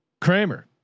Kramer